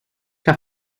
que